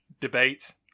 debate